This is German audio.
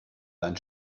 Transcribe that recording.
dein